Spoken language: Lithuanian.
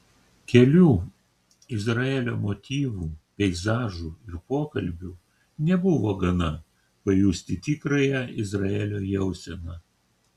kelių izraelio motyvų peizažų ir pokalbių nebuvo gana pajusti tikrąją izraelio jauseną